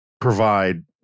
provide